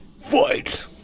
Fight